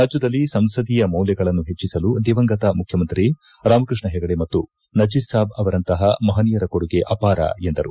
ರಾಜ್ಯದಲ್ಲಿ ಸಂಸದೀಯ ಮೌಲ್ಯಗಳನ್ನು ಪೆಟ್ಟಿಸಲು ದಿವಂಗತ ಮುಖ್ಯಮಂತ್ರಿ ರಾಮಕೃಷ್ಣ ಹೆಗಡೆ ಮತ್ತು ನಜೀರ್ ಸಾಬ್ ಅವರಂತಪ ಮಪನೀಯರ ಕೊಡುಗೆ ಅಪಾರವಾಗಿದೆ ಎಂದರು